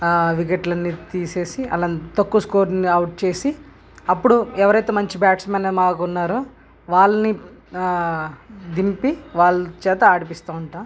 వికెట్లన్నీ తీసేసి వాళ్ళని తక్కువ స్కోర్లోనే అవుట్ చేసి అప్పుడు ఎవరైతే మంచి బ్యాట్స్మన్ మాకు అయితే ఉన్నారో వాళ్ళని దింపి వాళ్ళచేత ఆడిస్తూ ఉంటాము